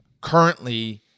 currently